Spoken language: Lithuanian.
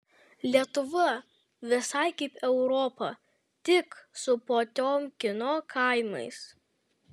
lietuva visai kaip europa tik su potiomkino kaimais